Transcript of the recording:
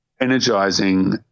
energizing